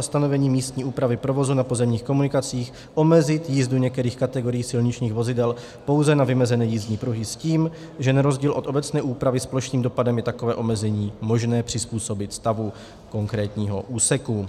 stanovení místní úpravy provozu na pozemních komunikacích omezit jízdu některých kategorií silničních vozidel pouze na vymezené jízdní pruhy s tím, že na rozdíl od obecné úpravy s plošným dopadem je takové omezení možné přizpůsobit stavu konkrétního úseku.